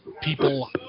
people